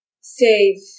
Save